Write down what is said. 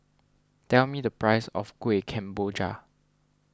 tell me the price of Kueh Kemboja